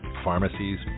pharmacies